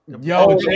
yo